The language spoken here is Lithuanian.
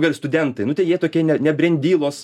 vėl studentai nu tai jie tokie ne nebrindylos